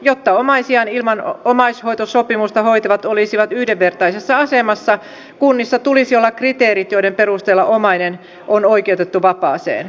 jotta omaisiaan ilman omaishoitosopimusta hoitavat olisivat yhdenvertaisessa asemassa kunnissa tulisi olla kriteerit joiden perusteella omainen on oikeutettu vapaaseen